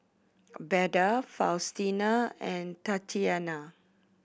Beda Faustino and Tatianna